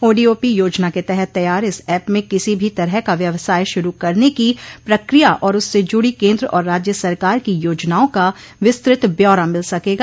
ODOP योजना के तहत तैयार इस ऐप में किसी भी तरह का व्यवसाय शुरू करने की प्रक्रिया और उससे जुड़ी केन्द्र और राज्य सरकार की योजनाओं का विस्तृत ब्यौरा मिल सकेगा